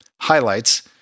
Highlights